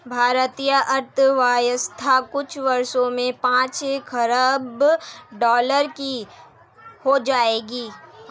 भारतीय अर्थव्यवस्था कुछ वर्षों में पांच खरब डॉलर की हो जाएगी